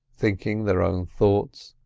thinking their own thoughts,